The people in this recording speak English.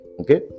okay